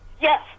Yes